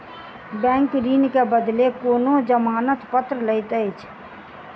bank ऋण के बदले कोनो जमानत पत्र लैत अछि